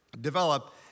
develop